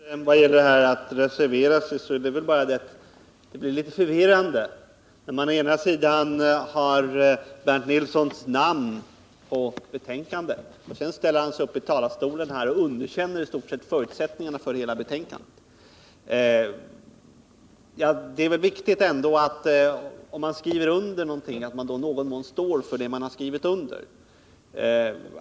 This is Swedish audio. Herr talman! Först vad gäller att reservera sig: Det blir litet förvirrande när Bernt Nilssons namn finns under betänkandet och han sedan ställer sig upp i talarstolen och i stort sett underkänner förutsättningarna för hela betänkandet. Det är väl ändå viktigt att man, om man skriver under någonting, i någon mån står för det man skrivit under.